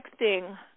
texting